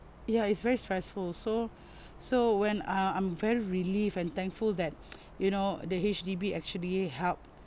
ya it's very stressful so so when uh I'm very relieved and thankful that you know the H_D_B actually help